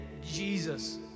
Jesus